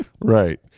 right